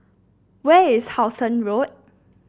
where is How Sun Road